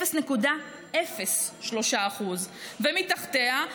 0.03%. מתחתיה,